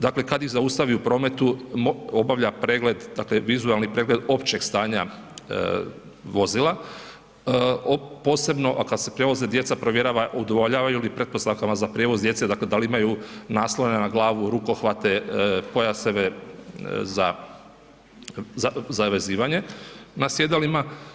Dakle, kad ih zaustavi u prometu obavlja pregled, dakle vizualni pregled općeg stanja vozila, posebno kad se prevoze djeca provjerava udovoljavaju li pretpostavkama za prijevoz djece, dakle da li imaju naslone za glavu, rukohvate, pojaseve za zavezivanje na sjedalima.